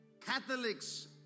Catholics